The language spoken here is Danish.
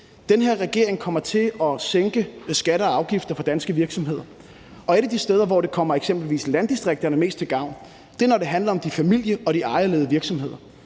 Den her regering kommer til at sænke skatter og afgifter for danske virksomheder, og et af de steder, hvor det eksempelvis kommer landdistrikterne mest til gavn, er, når det handler om de familie- og de ejerledede virksomheder.